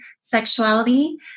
sexuality